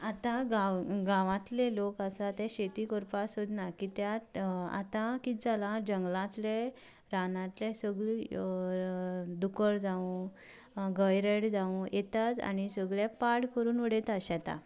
आतां गांवांतले लोक आतां शेती करपाक सोदनात कित्याक कितें जालां आतां जंगलांतले रानांतले सगळे दुकर जावं गवेरेडे जावं येतात आनी पाड करून उडयतात शेतां